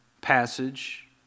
passage